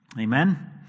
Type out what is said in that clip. Amen